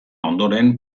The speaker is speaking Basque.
ondoren